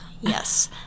yes